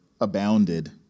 abounded